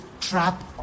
trap